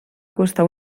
costar